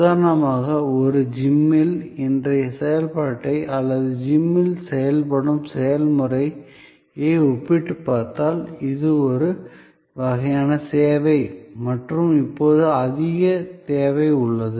உதாரணமாக ஒரு ஜிம்மில் இன்றைய செயல்பாட்டை அல்லது ஜிம்மில் செயல்படும் செயல்முறையை ஒப்பிட்டு பார்த்தால் இது ஒரு வகையான சேவை மற்றும் இப்போது அதிக தேவை உள்ளது